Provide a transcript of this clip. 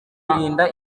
birinda